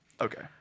Okay